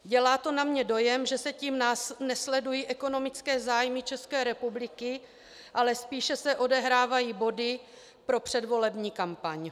Dělá to na mě dojem, že se tím nesledují ekonomické zájmy České republiky, ale spíše se odehrávají body pro předvolební kampaň.